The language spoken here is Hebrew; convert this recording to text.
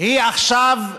היא עכשיו,